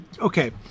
okay